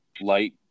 light